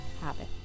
habit